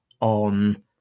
on